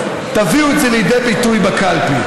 תביאו את זה לידי ביטוי בקלפי,